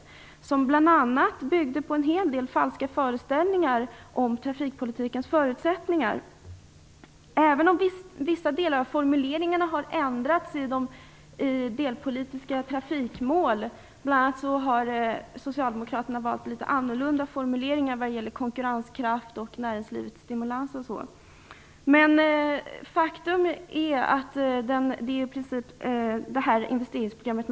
Det byggde bl.a. på en hel del falska föreställningar om trafikpolitikens förutsättningar, även om vissa delar av formuleringarna har ändrats i de trafikpolitiska delmålen. Bl.a. har Socialdemokraterna valt litet annorlunda formuleringar vad gäller konkurrenskraft, näringslivets stimulans, m.m. Faktum är att man i princip följer det här investeringsprogrammet.